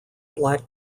black